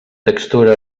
textura